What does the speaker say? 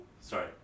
Sorry